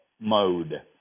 mode